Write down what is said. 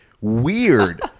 weird